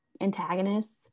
antagonists